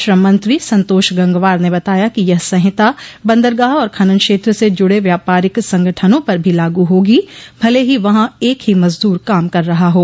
श्रममंत्री संतोष गंगवार ने बताया कि यह संहिता बंदरगाह और खनन क्षेत्र से जुड़े व्यापारिक संगठनों पर भी लागू होगी भले ही वहां एक ही मजदूर काम कर रहा हा